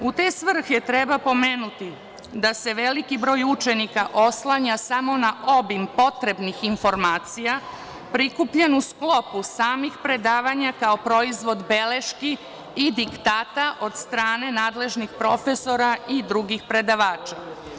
U te svrhe treba pomenuti da se veliki broj učenika oslanja samo na obim potrebnih informacija, prikupljen u sklopu samih predavanja kao proizvod beleški i diktata od strane nadležnih profesora i drugih predavača.